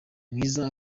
mwiza